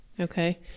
okay